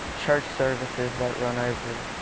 church services that run over.